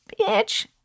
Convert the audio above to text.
bitch